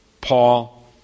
Paul